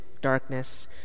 darkness